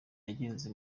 yagenze